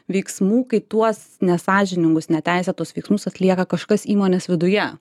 veiksmų kai tuos nesąžiningus neteisėtus veiksmus atlieka kažkas įmonės viduje